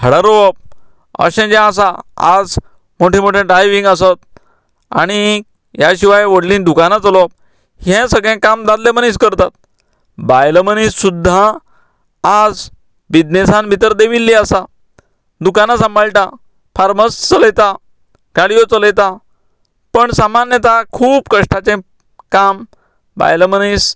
झाडां रोवप अशें जें आसा आज मोटें मोटें ड्रायविंग आसत आनी ह्या शिवाय व्होडलीं दुकानां चलोवप हें सगळें काम दादलें मनीस करता बायल मनीस सुद्दां आज बिजनेसांत भितर देविल्लीं आसा दुकानां सांबाळटा फार्मास चलयता गाडयो चलयता पण सामान्यता खूब कश्टाचें काम बायलां मनीस